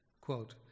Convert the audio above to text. Quote